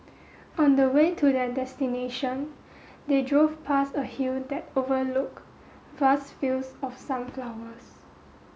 on the way to their destination they drove past a hill that overlook vast fields of sunflowers